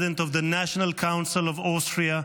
of the National Council of Austria,